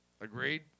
Agreed